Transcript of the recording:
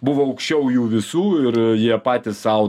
buvo aukščiau jų visų ir jie patys sau